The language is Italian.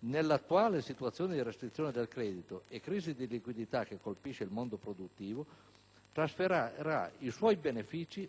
nell'attuale situazione di restrizione del credito e crisi di liquidità che colpisce il mondo produttivo, trasferirà i suoi benefici